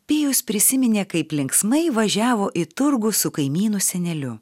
pijus prisiminė kaip linksmai važiavo į turgų su kaimynu seneliu